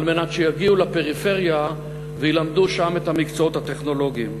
מנת שיגיעו לפריפריה וילמדו שם את המקצועות הטכנולוגיים.